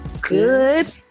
good